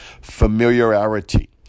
familiarity